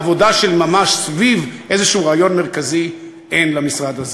עבודה של ממש סביב איזה רעיון מרכזי אין למשרד הזה.